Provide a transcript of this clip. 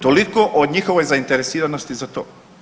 Toliko o njihovoj zainteresiranosti za to.